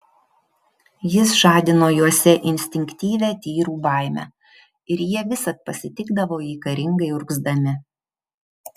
jis žadino juose instinktyvią tyrų baimę ir jie visad pasitikdavo jį karingai urgzdami